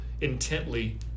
intently